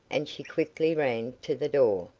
and she quickly ran to the door,